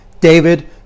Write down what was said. David